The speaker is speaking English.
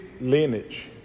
lineage